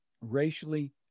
racially